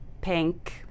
pink